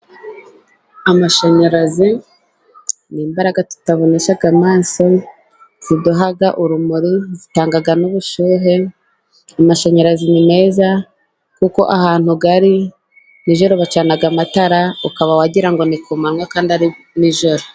Amashanyarazi ni imbaraga tutabonesha amaso ziduha urumuri zitanga n'ubushyuhe amashanyarazi ni meza, kuko ahantu ari nijoro bacana amatara ukaba wagira ngo ni kumanywa kandi ari nijoro.